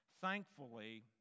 Thankfully